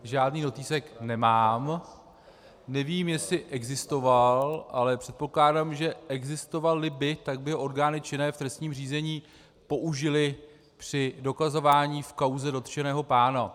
Žádný notýsek nemám, nevím, jestli existoval, ale předpokládám, že existovalli by, tak by orgány činné v trestním řízení použily při dokazování v kauze dotčeného pána.